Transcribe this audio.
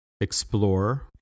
explore